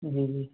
جی جی